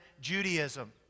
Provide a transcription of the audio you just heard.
Judaism